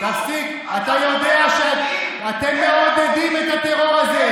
אתה ראית את הפראי-אדם,